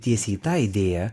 tiesiai į tą idėją